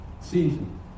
season